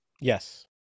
Yes